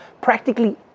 practically